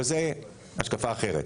אבל, זו השקפה אחרת.